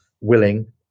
willing